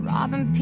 Robin